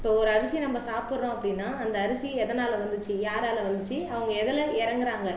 இப்போது ஒரு அரிசியை நம்ம சாப்பிடறோம் அப்படின்னா அந்த அரிசி எதனால் வந்துச்சு யாரால் வந்துச்சு அவங்க எதில் இறங்குறாங்க